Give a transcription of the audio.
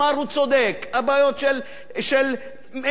הבעיות שאין מספיק פרסומות,